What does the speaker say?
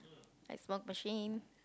like smoke machine